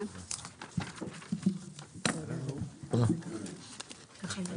הישיבה ננעלה בשעה 13:30.